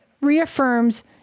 reaffirms